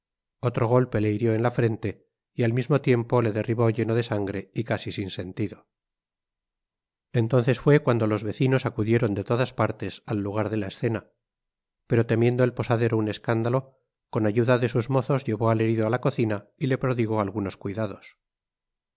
otro golpe le hirió en la frente y al mismo tiempo le derribó lleno de sangre y casi sin sentido entonces fué cuando los vecinos acudieron de todas partes al lugar de la escena pero temiendo el posadero un escándalo con ayuda de sus mozos llevó al herido á la cocina y le prodigó algunos cuidados